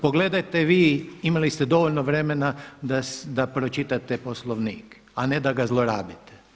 Pogledajte vi, imali ste dovoljno vremena da pročitate Poslovnik a ne da ga zlorabite.